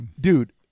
dude